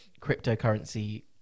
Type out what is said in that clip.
cryptocurrency